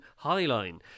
Highline